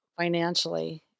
financially